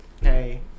Hey